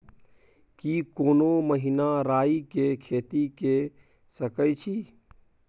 की कोनो महिना राई के खेती के सकैछी?